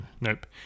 nope